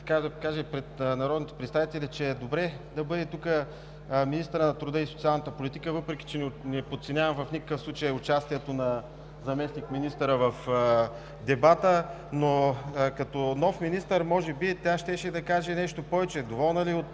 щеше да покажа пред народните представители, че е добре да бъде тук министърът на труда и социалната политика, въпреки че не подценявам в никакъв случай участието на заместник-министъра в дебата. Но като нов министър може би тя щеше да каже нещо повече – доволна ли е,